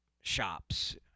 shops